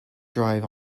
drive